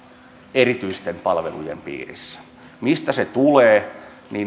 erityisten palvelujen piirissä mistä se tulee